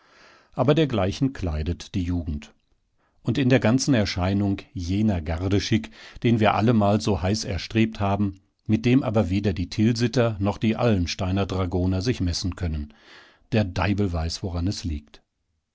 aber dergleichen kleidet die jugend und in der ganzen erscheinung jener gardeschick den wir alle mal so heiß erstrebt haben mit dem aber weder die tilsiter noch die allensteiner dragoner sich messen können der deibel weiß woran es liegt